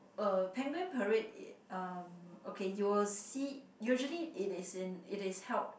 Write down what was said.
uh penguin parade um okay you will see usually it is in it is held